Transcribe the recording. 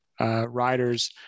riders